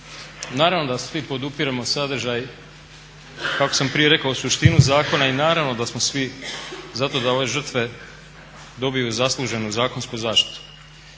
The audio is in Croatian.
naravno da svi podupiremo sadržaj kako sam prije rekao suštinu zakona i naravno da smo svi za to da ove žrtve dobiju zasluženu zakonsku zaštitu.